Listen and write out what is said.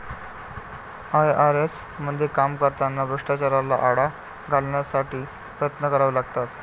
IRS मध्ये काम करताना भ्रष्टाचाराला आळा घालण्यासाठी प्रयत्न करावे लागतात